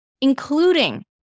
including